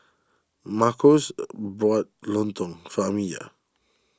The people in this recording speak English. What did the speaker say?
Marcos bought lontong for Amiyah